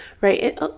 right